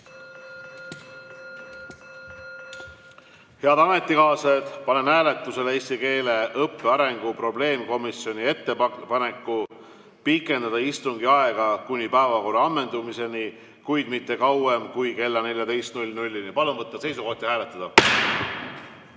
ametikaaslased, panen hääletusele eesti keele õppe arengu probleemkomisjoni ettepaneku pikendada istungi aega kuni päevakorra ammendumiseni, kuid mitte kauem kui kella 14‑ni. Palun võtta seisukoht ja hääletada!